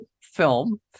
film